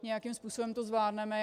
Nějakým způsobem to zvládneme.